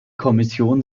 kommission